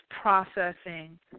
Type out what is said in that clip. processing